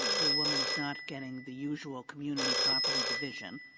the woman is not getting the usual community property division,